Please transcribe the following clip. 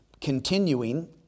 continuing